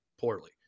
poorly